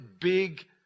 big